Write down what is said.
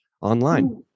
online